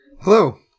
Hello